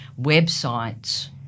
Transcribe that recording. websites